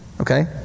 Okay